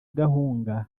gahunga